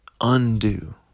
undo